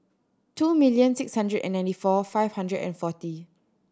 two million six hundred and ninety four five hundred and forty